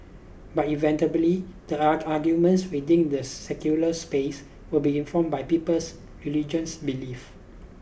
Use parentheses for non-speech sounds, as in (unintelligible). but inevitably the (unintelligible) arguments within the secular space will be informed by people's religious beliefs